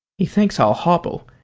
he thinks i'll hobble.